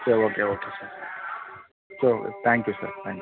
சரி okay okay sir so thank you sir thank you